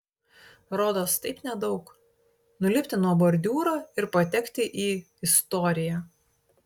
rodos taip nedaug nulipti nuo bordiūro ir patekti į istoriją